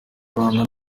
rwanda